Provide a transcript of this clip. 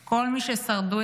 כל מי ששרדו את הטבח,